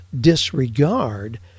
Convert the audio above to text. disregard